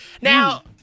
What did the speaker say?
Now